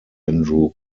andrew